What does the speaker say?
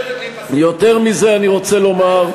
אני רוצה לומר,